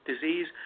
disease